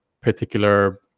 particular